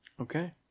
Okay